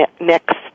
next